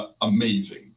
amazing